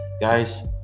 Guys